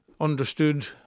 understood